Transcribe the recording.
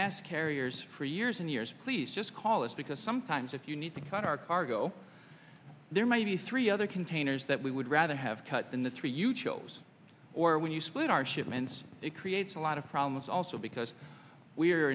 asked carriers for years and years please just call us because sometimes if you need to cut our cargo there might be three other containers that we would rather have cut than the three you chose or when you split our shipments it creates a lot of problems also because we